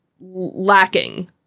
lacking